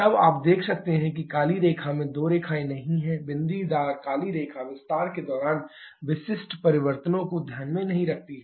तब आप देख सकते हैं कि काली रेखा में दो रेखाएँ नहीं हैं बिंदीदार काली रेखा विस्तार के दौरान विशिष्ट परिवर्तनों को ध्यान में नहीं रखती है